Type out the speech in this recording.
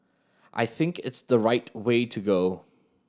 I think it's the right way to go